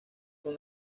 son